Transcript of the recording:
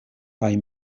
kaj